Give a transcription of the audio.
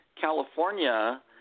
California